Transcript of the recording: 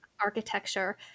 architecture